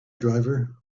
driver